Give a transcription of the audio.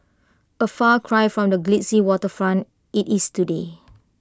A far cry from the glitzy waterfront IT is today